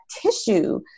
tissue